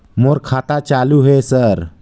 मोर खाता चालु हे सर?